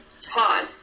Todd